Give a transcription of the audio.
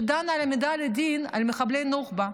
שדנה בהעמדה לדין של מחבלי נוח'בה,